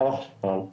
התשס"ג-2003,